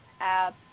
app